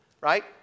right